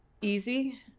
easy